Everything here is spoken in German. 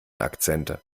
akzente